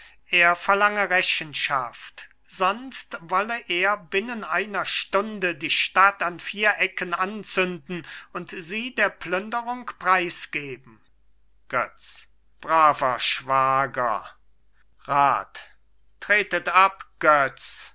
er verlange rechenschaft sonst wolle er binnen einer stunde die stadt an vier ecken anzünden und sie der plünderung preisgeben götz braver schwager rat tretet ab götz